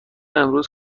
امروز